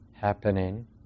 happening